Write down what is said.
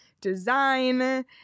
design